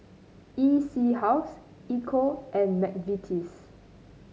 E C House Ecco and McVitie's